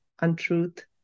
untruth